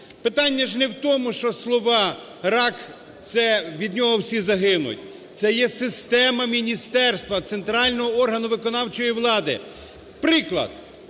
Питання ж не в тому, що слова "рак, це від нього всі загинуть". Це є система міністерства – центрального органу виконавчої влади. Приклад.